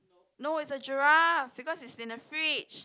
no it's a giraffe because it's in a fridge